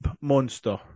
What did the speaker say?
monster